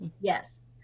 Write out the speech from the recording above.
Yes